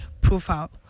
profile